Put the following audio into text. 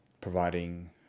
providing